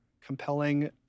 compelling